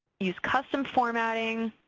use custom formatting,